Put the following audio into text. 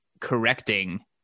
correcting